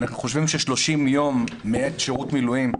אנחנו חושבים ש-30 יום מעת שירות מילואים,